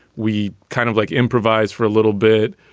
we kind of like improvised for a little bit.